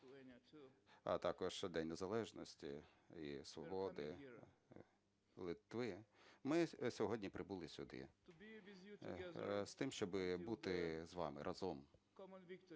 а також День незалежності і свободи Литви, ми сьогодні прибули сюди з тим, щоби бути з вами разом.